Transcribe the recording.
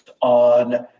on